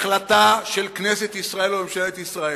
שהחלטה של כנסת ישראל או ממשלת ישראל,